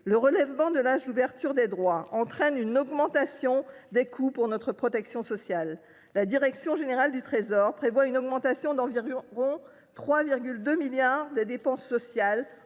Le relèvement de l’âge d’ouverture des droits entraîne une augmentation des coûts pour notre protection sociale. La direction générale du Trésor prévoit une hausse d’environ 3,2 milliards d’euros des dépenses sociales